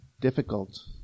difficult